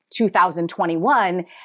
2021